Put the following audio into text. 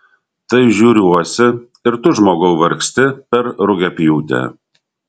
tai žiūriuosi ir tu žmogau vargsti per rugiapjūtę